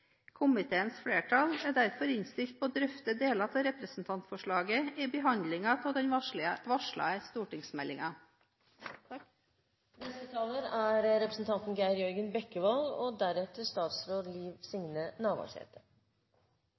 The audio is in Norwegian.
Komiteens flertall er derfor innstilt på å drøfte deler av representantforslaget i behandlingen av den varslede stortingsmeldingen. Det er